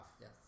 Yes